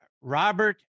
Robert